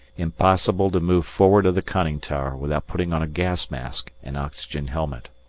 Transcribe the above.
impossible to move forward of the conning tower without putting on a gas mask and oxygen helmet.